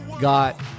Got